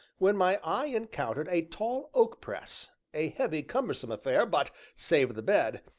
when my eye encountered a tall oak press, a heavy, cumbersome affair, but, save the bed,